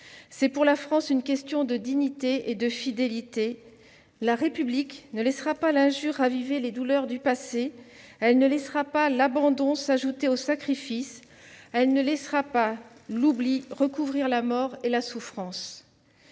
C'est pour la France une question de dignité et de fidélité. La République ne laissera pas l'injure raviver les douleurs du passé. Elle ne laissera pas l'abandon s'ajouter au sacrifice. Elle ne laissera pas l'oubli recouvrir la mort et la souffrance. »